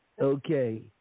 Okay